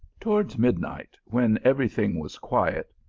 towards midnight, when every thing was quiet,